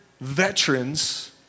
veterans